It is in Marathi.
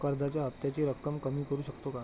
कर्जाच्या हफ्त्याची रक्कम कमी करू शकतो का?